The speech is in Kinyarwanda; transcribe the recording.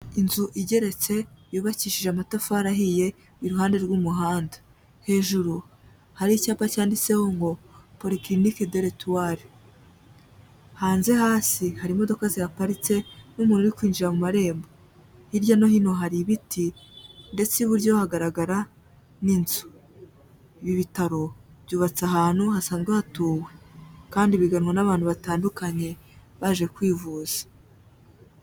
Inzu igeretse yubakishije amatafari ahiye iruhande rw'umuhanda. Hejuru hari icyapa cyanditseho ngo polyclinique de l'etoile. Hanze hasi hari imodoka zihaparitse n'umuntu urikwinjira mu marembo. Hirya no hino hari ibiti ndetse iburyo hagaragara n'inzu. Ibi bitaro byubatse ahantu hasanzwe hatuwe kandi biganwa n'abantu batandukanye baje kwivuza.